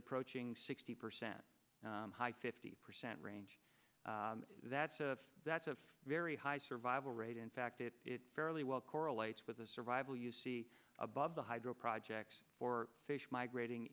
approaching sixty percent fifty percent range that's a that's a very high survival rate in fact it is fairly well correlates with the survival you see above the hydro projects for fish migrating